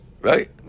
Right